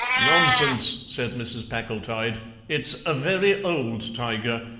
nonsense, said mrs. packletide it's a very old tiger.